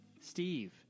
Steve